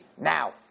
now